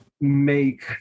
make